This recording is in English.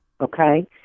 okay